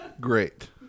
great